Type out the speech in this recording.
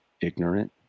ignorant